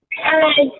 Hi